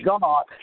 God